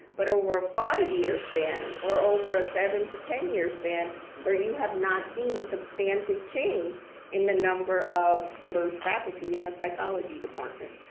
but over a five year span or over a seven to ten year span where you have not seen substantive change in the number of diverse faculty in a psychology department.